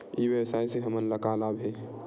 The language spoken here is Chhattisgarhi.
ई व्यवसाय से हमन ला का लाभ हे?